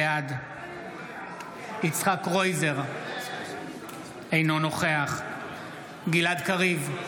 בעד יצחק קרויזר, אינו נוכח גלעד קריב,